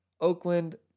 Oakland